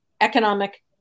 economic